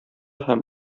һәм